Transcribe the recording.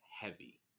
heavy